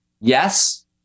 Yes